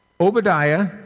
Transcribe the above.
Obadiah